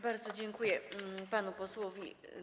Bardzo dziękuję panu posłowi.